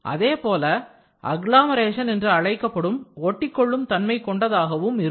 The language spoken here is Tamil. அதேபோல அக்லாமரேஷன் என்று அழைக்கப்படும் ஒட்டிக்கொள்ளும் தன்மை கொண்டதாகவும் இருக்கும்